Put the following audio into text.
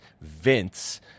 Vince